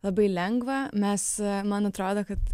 labai lengva mes man atrodo kad